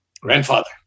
grandfather